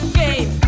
game